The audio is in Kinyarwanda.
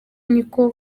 niko